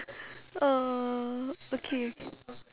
oh okay okay